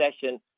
session